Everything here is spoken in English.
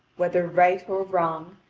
whether right or wrong,